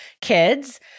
kids